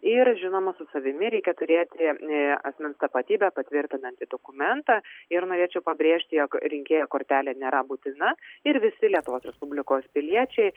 ir žinoma su savimi reikia turėti asmens tapatybę patvirtinantį dokumentą ir norėčiau pabrėžti jog rinkėjo kortelė nėra būtina ir visi lietuvos respublikos piliečiai